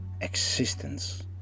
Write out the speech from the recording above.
existence